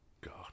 God